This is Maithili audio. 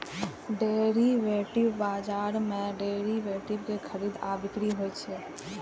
डेरिवेटिव बाजार मे डेरिवेटिव के खरीद आ बिक्री होइ छै